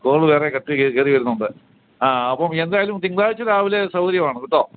call വേറെ കയറിവരുന്നുണ്ട് ആ അപ്പം എന്തായാലും തിങ്കളാഴ്ച രാവിലെ സൗകര്യമാണ് കേട്ടോ